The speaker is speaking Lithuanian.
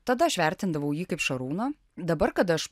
tada aš vertindavau jį kaip šarūną dabar kada aš